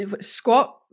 squat